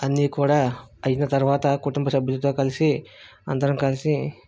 అన్ని కూడా అయిన తరువాత కుటుంబసభ్యులతో కలిసి అందరం కలిసి